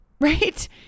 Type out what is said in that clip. right